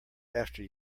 after